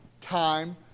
time